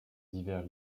divers